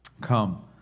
Come